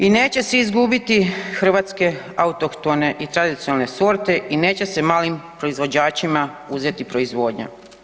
I neće se izgubiti hrvatske autohtone i tradicionalne sorte i neće se malim proizvođačima uzeti proizvodnja.